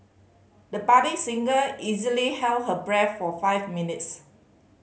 the budding singer easily held her breath for five minutes